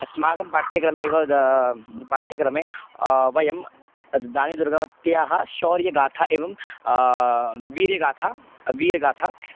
अस्माकं पाठ्यक्रमे एव पाठ्यक्रमे वयं राणीदुर्गवत्याः शौर्यगाथा एवं वीर्यगाथा वीरगाथा